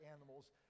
animals